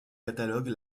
catalogue